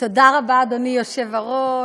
תודה רבה, אדוני היושב-ראש,